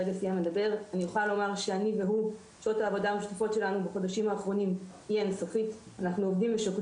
אני יכולה לומר שאני והוא בחודשים האחרונים עובדים ושוקדים